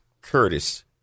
Curtis